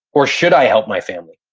or, should i help my family?